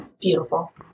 Beautiful